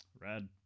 Rad